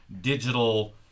digital